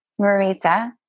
Marita